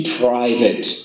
private